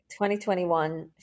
2021